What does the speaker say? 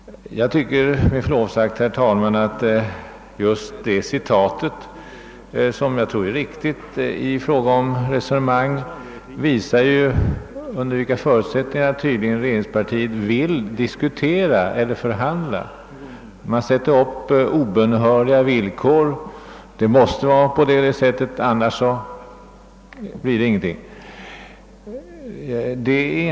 Jag tycker med förlov sagt att det uttalandet — som jag tror är riktigt återgivet — visar under vilka förutsättningar regeringspartiet vill förhandla. Man sätter upp obönhörliga villkor och säger att det måste vara så och så, annars blir det ingen uppgörelse.